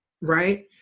right